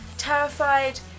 terrified